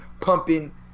pumping